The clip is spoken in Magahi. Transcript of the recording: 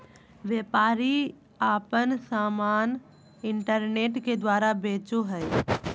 व्यापारी आपन समान इन्टरनेट के द्वारा बेचो हइ